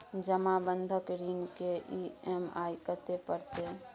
जमा बंधक ऋण के ई.एम.आई कत्ते परतै?